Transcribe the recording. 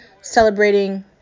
celebrating